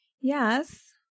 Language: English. yes